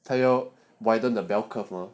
他要 widened the bell curve mah